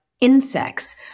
Insects